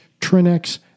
Trinex